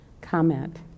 comment